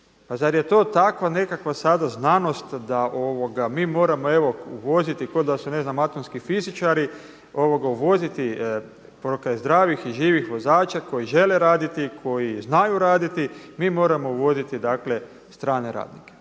Pa zar je to sada takva jedna znanost da moramo uvoziti kao da su ne znam atomski fizičari uvoziti pokraj zdravih i živih vozača koji žele raditi, koji znaju raditi, mi moramo uvoziti strane radnike?